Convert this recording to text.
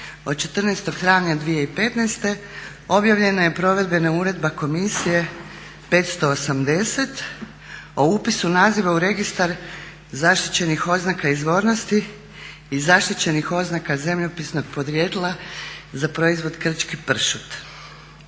od 14. travnja 2015. Objavljena je provedbena uredbe komisije 580 o upisu naziva u Registar zaštićenih oznaka izvornosti i zaštićenih oznaka zemljopisnog podrijetla za proizvod krčki pršut.